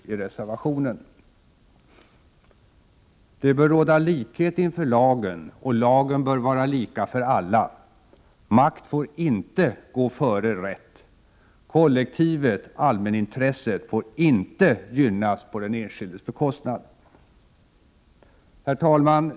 1988/89:30 reservationen. 23 november 1988 Det bör råda likhet inför lagen, och lagen bör vara lika för alla. Makt får ZI: inte gå före rätt. Kollektivet, allmänintresset, får inte gynnas på den enskildes bekostnad. Herr talman!